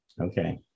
Okay